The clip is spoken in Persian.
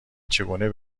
چگونه